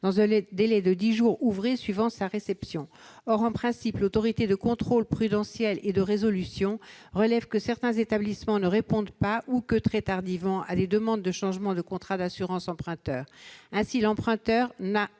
dans un délai de dix jours ouvrés suivant sa réception. Or, en pratique, l'Autorité de contrôle prudentiel et de résolution relève que certains établissements « ne répondent pas, ou que très tardivement, à des demandes de changement de contrat d'assurance emprunteur ». Ainsi, l'emprunteur n'a